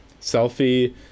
Selfie